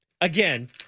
Again